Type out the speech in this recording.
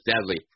deadly